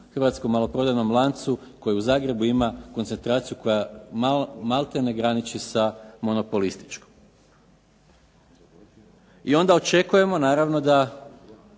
hrvatskom maloprodajnom lancu koji u Zagrebu ima koncentraciju koja maltene graniči sa monopolističkom. I onda očekujemo naravno da